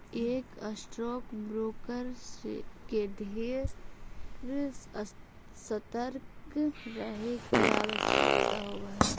एक stock broker के ढेर सतर्क रहे के आवश्यकता होब हई